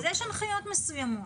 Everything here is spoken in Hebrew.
אז יש הנחיות מסוימות.